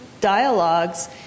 dialogues